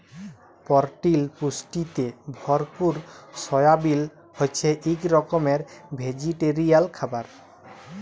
পরটিল পুষ্টিতে ভরপুর সয়াবিল হছে ইক রকমের ভেজিটেরিয়াল খাবার